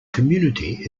community